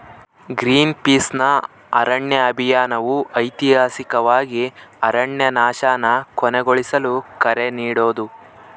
ಗ್ರೀನ್ಪೀಸ್ನ ಅರಣ್ಯ ಅಭಿಯಾನವು ಐತಿಹಾಸಿಕವಾಗಿ ಅರಣ್ಯನಾಶನ ಕೊನೆಗೊಳಿಸಲು ಕರೆ ನೀಡೋದು